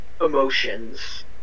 emotions